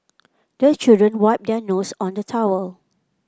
the children wipe their noses on the towel